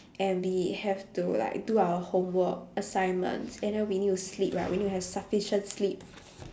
and we have to like do our homework assignments and then we need to sleep right we need to have sufficient sleep